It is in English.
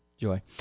joy